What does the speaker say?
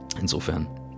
Insofern